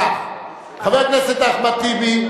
אנחנו מצביעים כך: חבר הכנסת אחמד טיבי,